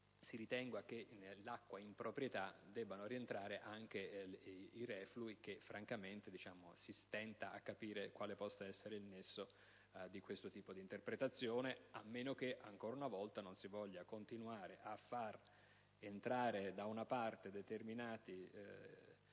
si ritenga che nell'acqua in proprietà debbano rientrare anche i reflui: francamente si stenta a capire quale possa essere il nesso di questo tipo di interpretazione, a meno che non si voglia continuare a far pervenire determinati finanziamenti